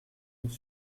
nous